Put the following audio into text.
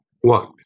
One